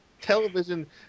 television